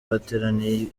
bateraniye